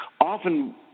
Often